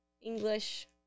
English